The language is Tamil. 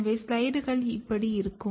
எனவே ஸ்லைடுகள் இப்படி இருக்கும்